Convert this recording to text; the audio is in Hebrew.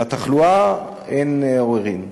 על התחלואה אין עוררין.